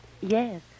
Yes